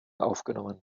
aufgenommen